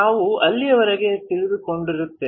ನಾವು ಅಲ್ಲಿಯವರೆಗೆ ತಿಳಿದೊಕೊಂಡಿದ್ದೇವೆ